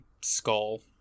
skull